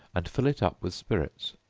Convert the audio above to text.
and fill it up with spirits.